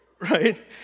right